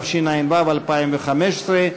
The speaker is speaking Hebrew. התשע"ו 2015,